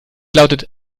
lautet